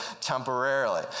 temporarily